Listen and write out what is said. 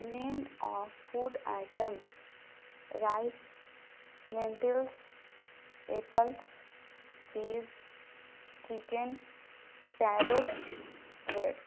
name of food items rice lentils apples cheese chicken carrots bread